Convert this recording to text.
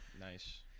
nice